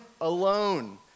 alone